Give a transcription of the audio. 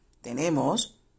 tenemos